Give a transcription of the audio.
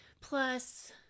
Plus